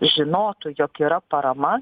žinotų jog yra parama